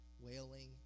wailing